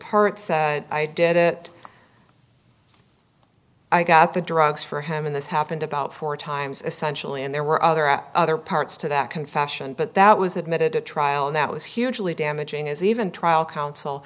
said i did it i got the drugs for him and this happened about four times essential and there were other at other parts to that confession but that was admitted at trial and that was hugely damaging as even trial counsel